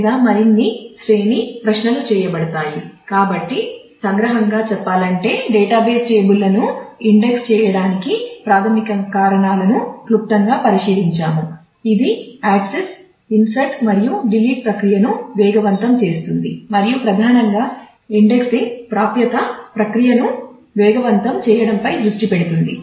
లేదా మరిన్ని శ్రేణిను వేగవంతం చేయడంపై దృష్టి పెడుతుంది